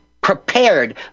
prepared